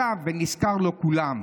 / ושב, ונזכר, לא כולם.